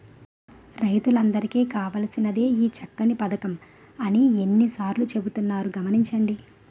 రైతులందరికీ కావాల్సినదే ఈ చక్కని పదకం అని ఎన్ని సార్లో చెబుతున్నారు గమనించండి